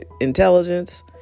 intelligence